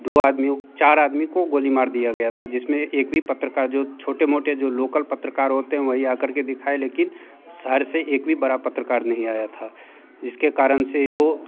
दो आदमियों चार आदमी को गोली मार दिया गया था जिस में एक भी पत्रकार जो छोटे मोटे जो लोकल पत्रकार होते हैं वही आ कर के दिखाए लेकिन शहर से एक भी बड़ा पत्रकार नहीं आया था जिसके कारण से ये